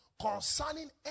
Concerning